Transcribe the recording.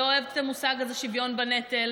לא אוהבת את המושג הזה שוויון בנטל.